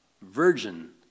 Virgin